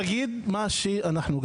ואנחנו נגיד מה שאנחנו רוצים.